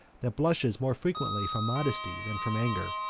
that blushes more frequently from modesty than from anger.